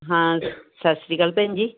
ਹਾਂ ਸਤਿ ਸ਼੍ਰੀ ਅਕਾਲ ਭੈਣ ਜੀ